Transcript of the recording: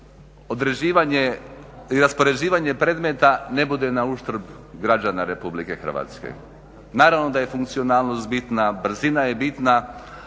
određivanje i raspoređivanje predmeta ne bude na uštrb građana RH. Naravno da je funkcionalnost bitna, brzina je bitna